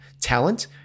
talent